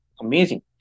amazing